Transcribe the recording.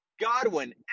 Godwin